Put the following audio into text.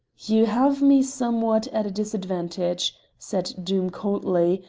you have me somewhat at a disadvantage, said doom coldly,